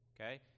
okay